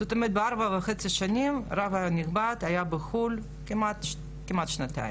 זאת אומרת במשך ארבע וחצי שנים הרב הנכבד היה בחו"ל כמעט שנתיים,